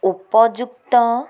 ଉପଯୁକ୍ତ